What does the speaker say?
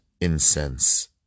incense